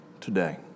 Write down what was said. today